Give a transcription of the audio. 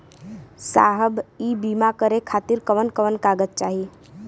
साहब इ बीमा करें खातिर कवन कवन कागज चाही?